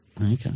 Okay